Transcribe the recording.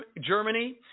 Germany